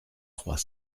trois